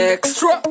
Extra